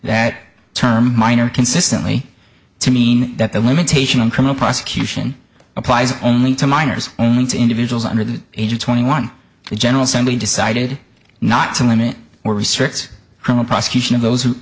that term minor consistently to mean that the limitation on criminal prosecution applies only to minors only to individuals under the age of twenty one the general assembly decided not to limit or restrict criminal prosecution of those